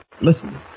Listen